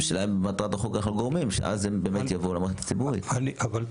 השאלה אם במטרת החוק אנחנו גורמים שאז הם באמת יבואו למערכת הציבורית?